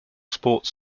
sports